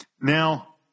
Now